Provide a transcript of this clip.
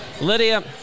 Lydia